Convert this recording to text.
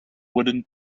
wooden